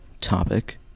topic